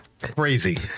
Crazy